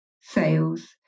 sales